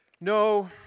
No